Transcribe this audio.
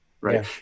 right